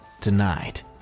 Tonight